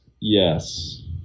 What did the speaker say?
yes